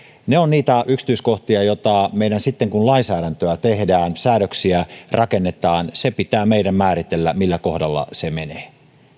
ne ovat niitä yksityiskohtia jotka sitten kun lainsäädäntöä tehdään säädöksiä rakennetaan pitää meidän määritellä millä kohdalla se menee